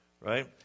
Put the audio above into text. right